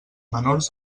menors